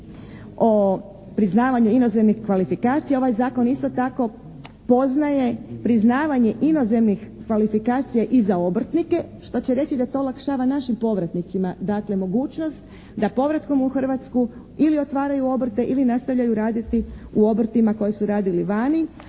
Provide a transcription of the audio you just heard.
o priznavanju inozemnih kvalifikacija. Ovaj zakon isto tako poznaje priznavanje inozemnih kvalifikacija i za obrtnike. Što će reći da to olakšava našim povratnicima dakle mogućnost da povratkom u Hrvatsku ili otvaraju obrte ili nastavljaju raditi u obrtima koje su radili vani,